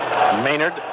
Maynard